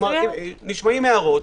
נשמעות הערות,